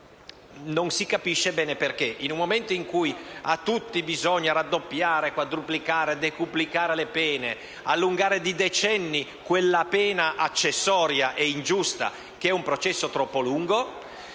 non si capisce bene perché. In un momento in cui bisogna raddoppiare, quadruplicare e decuplicare le pene per tutti ed allungare di decenni quella pena accessoria ed ingiusta che è un processo troppo lungo,